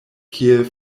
kiel